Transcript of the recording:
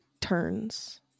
turns